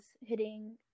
hitting